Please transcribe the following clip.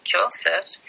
Joseph